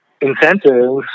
incentives